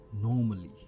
normally